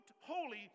holy